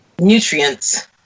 nutrients